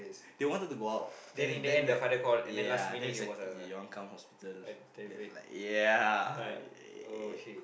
they wanted to go out then then like ya then it's like you want come hospital then like ya~